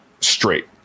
straight